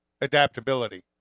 adaptability